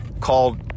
called